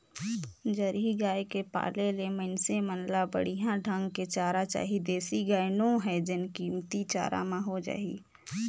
Jersey गाय के पाले ले मइनसे मन ल बड़िहा ढंग के चारा चाही देसी गाय नो हय जेन कमती चारा म हो जाय